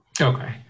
Okay